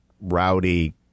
rowdy